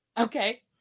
Okay